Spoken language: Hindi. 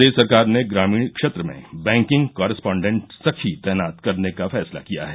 प्रदेश सरकार ने ग्रामीण क्षेत्र में बैंकिंग कॉरेस्पान्डेंट सखी तैनात करने का फैसला किया है